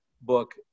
book